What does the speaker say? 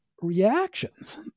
reactions